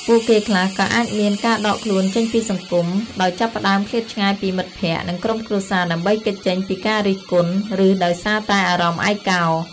ពួកគេខ្លះក៏អាចមាន ការដកខ្លួនចេញពីសង្គម ដោយចាប់ផ្តើមឃ្លាតឆ្ងាយពីមិត្តភ័ក្តិ និងក្រុមគ្រួសារដើម្បីគេចចេញពីការរិះគន់ ឬដោយសារតែអារម្មណ៍ឯកោ។